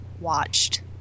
watched